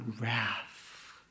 wrath